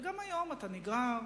וגם היום אתה נגרר.